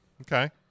Okay